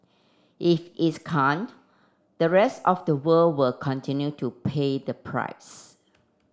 if its can't the rest of the world will continue to pay the price